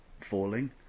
falling